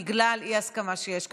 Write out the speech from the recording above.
בגלל האי-הסכמה שיש כאן.